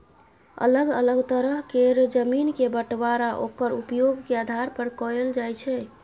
अलग अलग तरह केर जमीन के बंटबांरा ओक्कर उपयोग के आधार पर कएल जाइ छै